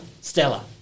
Stella